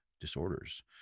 disorders